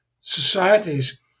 societies